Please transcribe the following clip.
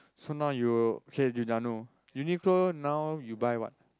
so now you hate Giordano Uniqlo now you buy what